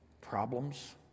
problems